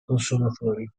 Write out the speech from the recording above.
consumatori